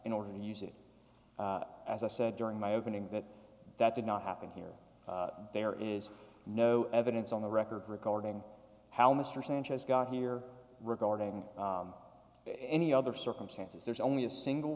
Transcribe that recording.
in order to use it as i said during my opening that that did not happen here there is no evidence on the record regarding how mr sanchez got here regarding any other circumstances there's only a single